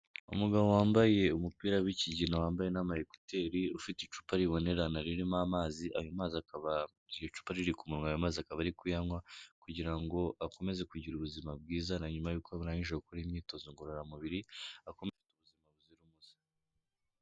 Umugabo wambaye umupira w'kigina wambaye n'ama ekuteri, ufite icupa ribonerana ririmo amazi, ayo mazi akaba icupa riri ku munwa ayo mazi akaba ari kuyanywa, kugira ngo akomeze kugira ubuzima bwiza na nyuma y'uko arangije gukora imyitozo ngororamubiri, ako.